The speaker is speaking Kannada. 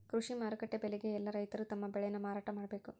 ಕೃಷಿ ಮಾರುಕಟ್ಟೆ ಬೆಲೆಗೆ ಯೆಲ್ಲ ರೈತರು ತಮ್ಮ ಬೆಳೆ ನ ಮಾರಾಟ ಮಾಡ್ಬೇಕು